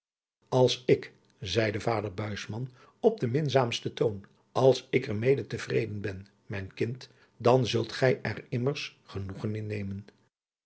als ik zeide vader buisman op den minzaamsten toon als ik er mede te vreden ben mijn kind dan zult gij er immers genoegen in nemen